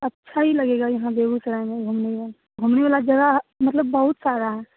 अच्छा ही लगेगा यहाँ बेगूसराय में घूमने में घूमने वाली जगह मतलब बहुत सारी हैं